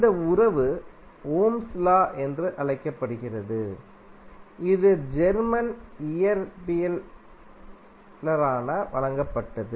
இந்த உறவு Ohm's law என்று அழைக்கப்படுகிறது இது ஜெர்மன் இயற்பியலாளரால் வழங்கப்பட்டது